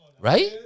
right